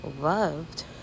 loved